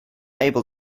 able